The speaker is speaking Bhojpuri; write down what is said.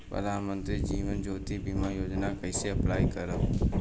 प्रधानमंत्री जीवन ज्योति बीमा योजना कैसे अप्लाई करेम?